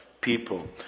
people